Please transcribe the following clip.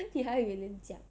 你还有